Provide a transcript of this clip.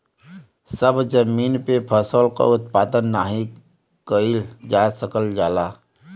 सभ जमीन पे फसल क उत्पादन नाही कइल जा सकल जाला